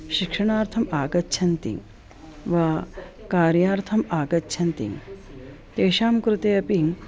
शिक्षणार्थम् आगच्छन्ति वा कार्यार्थम् आगच्छन्ति तेषां कृते अपि